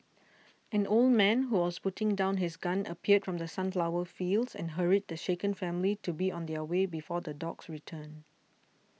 an old man who was putting down his gun appeared from the sunflower fields and hurried the shaken family to be on their way before the dogs return